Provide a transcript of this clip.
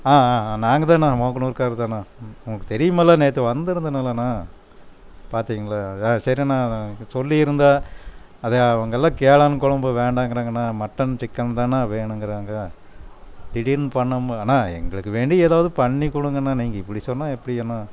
ஆ ஆ ஆ நாங்கள்தாண்ணா மூக்கனூர்கார்தாண்ணா உங்களுக்கு தெரியுமில்ல நேற்று வந்துருந்தேனல்லண்ணா பார்த்திங்கல்ல ஆ சரிண்ணா சொல்லி இருந்தேன் அதுதான் அவங்கள்லாம் கேளான் குழம்பு வேண்டாங்கிறாங்கண்ணா மட்டன் சிக்கன்தாண்ணா வேணுங்கிறாங்க திடீர்னு பண்ணமோ அண்ணா எங்களுக்கு வேண்டி எதாவது பண்ணி கொடுங்கண்ணா நீங்கள் இப்படி சொன்னால் எப்படி அண்ணா